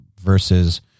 versus